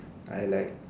I like